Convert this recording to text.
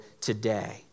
today